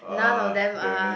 uh damn it